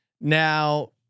Now